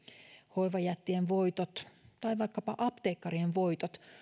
hoivajättien voitot tai vaikkapa apteekkarien voitot